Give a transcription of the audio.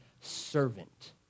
servant